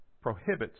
prohibits